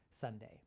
Sunday